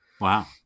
Wow